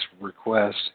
request